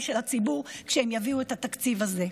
של הציבור כשהם יביאו את התקציב הזה?